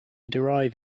derive